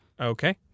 Okay